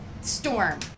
storm